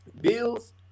Bills